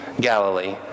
Galilee